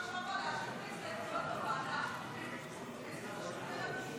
להלן תוצאות ההצבעה: 49 בעד, 57 נגד.